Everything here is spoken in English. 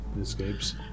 Escapes